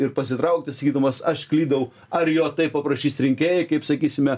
ir pasitraukti sakydamas aš klydau ar jo taip paprašys rinkėjai kaip sakysime